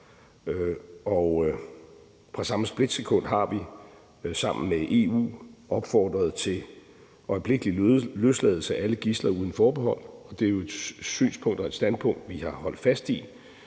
og i samme splitsekund har vi sammen med EU opfordret til øjeblikkelig løsladelse af alle gidsler uden forbehold, og det er jo et synspunkt og et standpunkt, vi har holdt fast i,